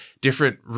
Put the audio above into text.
different